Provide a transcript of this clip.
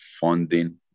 funding